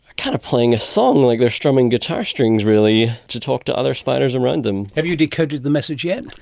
kind of splaying a song like they are strumming guitar strings really, to talk to other spiders around them. have you decoded the message yet?